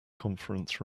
conference